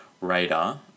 radar